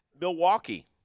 Milwaukee